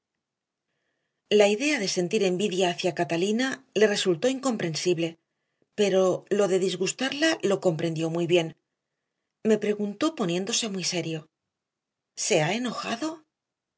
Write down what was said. la idea de sentir envidia hacia catalina le resultó incomprensible pero lo de disgustarla lo comprendió muy bien me preguntó poniéndose muy serio se ha enojado